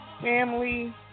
Family